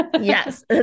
Yes